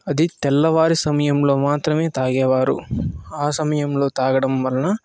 అది తెల్లవారి సమయంలో మాత్రమే తాగేవారు ఆ సమయంలో తాగడం వలన